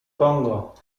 pongo